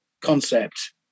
concept